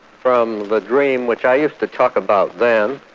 from the dream which i used to talk about then,